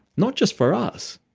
not just for us.